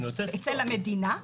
אצל המדינה,